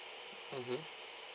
mmhmm